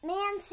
Man